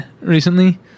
recently